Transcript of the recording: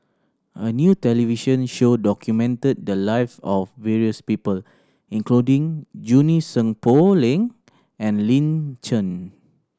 a new television show documented the live of various people including Junie Sng Poh Leng and Lin Chen